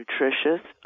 nutritious